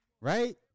Right